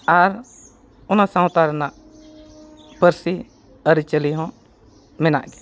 ᱟᱨ ᱚᱱᱟ ᱥᱟᱶᱛᱟ ᱨᱮᱱᱟᱜ ᱯᱟᱹᱨᱥᱤ ᱟᱹᱨᱤ ᱪᱟᱹᱞᱤ ᱦᱚᱸ ᱢᱮᱱᱟᱜ ᱜᱮᱭᱟ